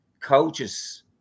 coaches